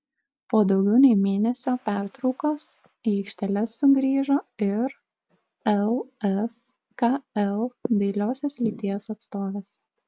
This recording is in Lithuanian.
po daugiau nei mėnesio pertraukos į aikšteles sugrįžo ir lskl dailiosios lyties atstovės